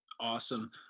Awesome